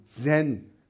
zen